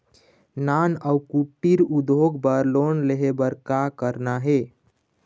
नान अउ कुटीर उद्योग बर लोन ले बर का करना हे?